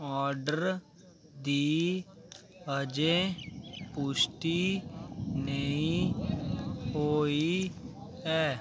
order दी अजें पुश्टि नेईं होई ऐ